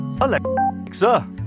Alexa